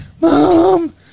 Mom